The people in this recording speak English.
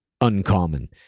uncommon